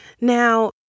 Now